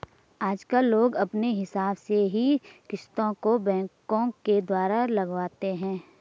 आजकल लोग अपने हिसाब से ही किस्तों को बैंकों के द्वारा लगवाते हैं